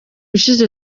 ushize